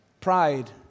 Pride